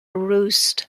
roost